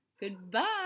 Goodbye